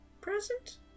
present